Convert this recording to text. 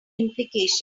implications